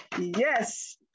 Yes